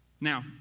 Now